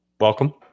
Welcome